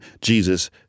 Jesus